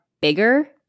bigger